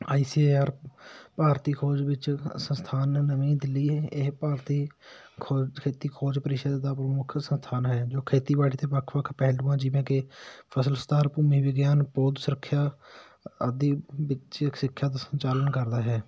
ਆਈ C R ਭਾਰਤੀ ਫੌਜ ਵਿੱਚ ਇਸ ਸਥਾਨ ਨੇ ਨਵੀਂ ਦਿੱਲੀ ਇਹ ਭਾਰਤੀ ਖੋਜ ਖੇਤੀ ਖੋਜ ਪਰਿਸ਼ਦ ਦਾ ਪ੍ਰਮੁੱਖ ਸਥਾਨ ਹੈ ਜੋ ਖੇਤੀਬਾੜੀ ਦੇ ਵੱਖ ਵੱਖ ਪਹਿਲੂਆਂ ਜਿਵੇਂ ਕਿ ਫਸਲ ਸੁਧਾਰ ਭੂਮੀ ਵਿਗਿਆਨ ਬੋਧ ਸੁਰੱਖਿਆ ਆਦਿ ਵਿੱਚ ਸਿੱਖਿਅਤ ਸੰਚਾਲਨ ਕਰਦਾ ਹੈ